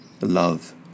Love